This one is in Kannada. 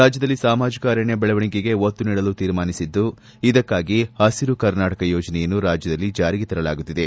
ರಾಜ್ಯದಲ್ಲಿ ಸಾಮಾಜಿಕ ಅರಣ್ಯ ಬೆಳವಣಿಗೆಗೆ ಒತ್ತು ನೀಡಲು ತೀರ್ಮಾನಿಸಿದ್ದು ಇದಕ್ಕಾಗಿ ಪಸಿರು ಕರ್ನಾಟಕ ಯೋಜನೆಯನ್ನು ರಾಜ್ಯದಲ್ಲಿ ಜಾರಿಗೆ ತರಲಾಗುತ್ತಿದೆ